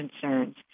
concerns